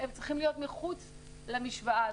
הם צריכים להיות מחוץ למשוואה הזו.